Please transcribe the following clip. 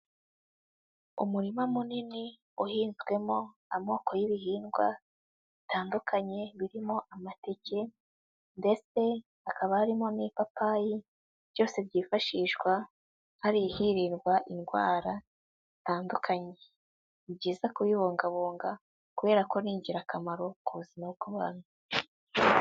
Umurima munini uhinzwemo amoko y'ibihingwa bitandukanye, birimo amateke ndetse hakaba harimo n'ipapayi, byose byifashishwa hirindwa indwara zitandukanye, ni byiza kubibungabunga kubera ko ari ingirakamaro ku buzima bw'abantu.